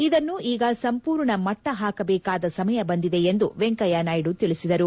ಇದನ್ನು ಈಗ ಸಂಪೂರ್ಣ ಮಟ್ಟ ಹಾಕಬೇಕಾದ ಸಮಯ ಬಂದಿದೆ ಎಂದು ವೆಂಕಯ್ಕನಾಯ್ಡು ತಿಳಿಸಿದರು